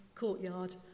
courtyard